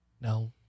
No